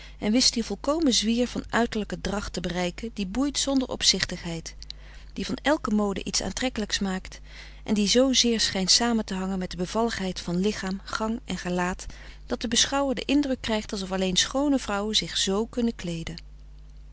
en wist die volkomen zwier van uiterlijke dracht te bereiken die boeit zonder opzichtigheid die van elke mode iets aantrekkelijks maakt en die zoo zeer schijnt samen te hangen met de bevalligheid van lichaam gang en gelaat dat de beschouwer frederik van eeden van de koele meren des doods den indruk krijgt alsof alleen schoone vrouwen zich z kunnen kleeden